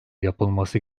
yapılması